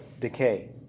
decay